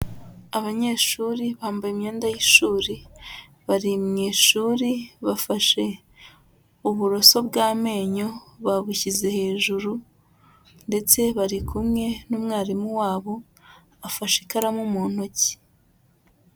Abanyeshuri bambaye imyenda y'ishuri, bari mu ishuri bafashe uburoso bw'amenyo babushyize hejuru, ndetse bari kumwe n'umwarimu wabo afashe ikaramu mu ntoki.